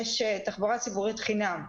יש תחבורה ציבורית בחינם,